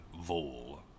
Vole